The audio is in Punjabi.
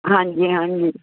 ਹਾਂਜੀ ਹਾਂਜੀ